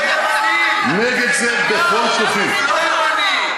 מה זה רמת המעורבות הזאת שלך?